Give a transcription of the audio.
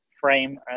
frame